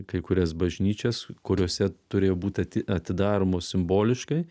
kai kurias bažnyčias kuriose turėjo būt atidaromos simboliškai